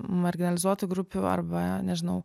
marginalizuotų grupių arba nežinau